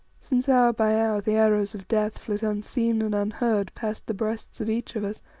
since hour by hour the arrows of death flit unseen and unheard past the breasts of each of us,